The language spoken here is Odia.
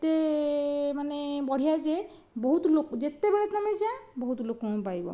ମାନେ ଏତେ ମାନେ ବଢ଼ିଆ ଯେ ବହୁତ ଲୋକ ଯେତେବେଳେ ତମେ ଯା ବହୁତ ଲୋକ ଙ୍କୁ ପାଇବ